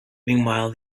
meanwhile